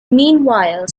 meanwhile